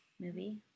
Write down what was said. movie